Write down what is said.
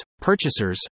purchasers